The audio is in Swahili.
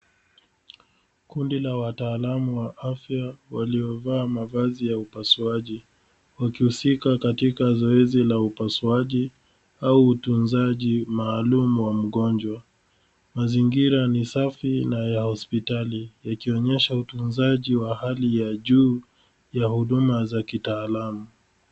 Kundi la wataalamu wa afya, waliovaa mavazi ya upasuaji, wakihusika katika zoezi la upasuaji au utunzaji maalum wa mgonjwa. Mazingira ni safi na ya hospitali, yakionyesha utunzaji wa hali ya juu ya huduma za kitaalam.